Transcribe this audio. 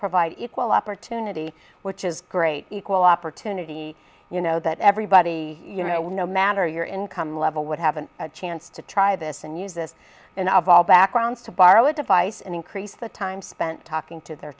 provide equal opportunity which is great equal opportunity you know that everybody no matter your income level would have an a chance to try this and use this and of all backgrounds to borrow a device and increase the time spent talking to their